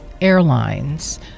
airlines